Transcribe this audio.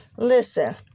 Listen